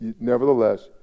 Nevertheless